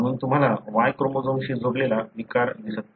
म्हणून तुम्हाला Y क्रोमोझोमशी जोडलेला विकार दिसत नाही